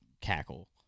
cackle